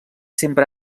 sempre